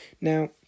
Now